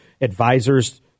advisor's